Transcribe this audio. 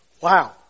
Wow